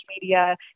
media